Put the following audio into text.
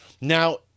Now